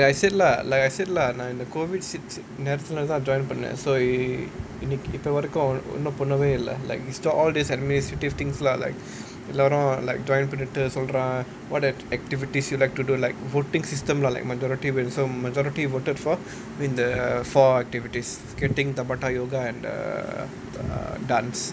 like like I said lah like I said lah like in the COVID sit~ sit~ நேரத்துல தான்:nerathula thaan drawing பண்ணேன் இப்போ வரைக்கும் ஒன்னும் பண்ணவே இல்ல:pannaen ippo varaikum onnum pannavae illa like so all these administrative things lah like a lot of எல்லாரும்:ellaarum like drawing பண்ணிட்டு சொல்றேன்:pannittu solraen what are the activities you like to do like voting system lah like majority wins so majority voted for I mean the four activities skting tabata yoga and err err dance